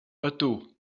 ydw